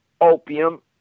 opium